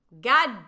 God